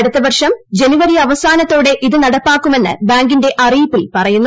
അടുത്ത വർഷം ജനുവരി അവസാനത്തോടെ ഇത് നടപ്പാക്കുമെന്ന് ബാങ്കിന്റെ അറിയിപ്പിൽ പറയുന്നു